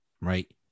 right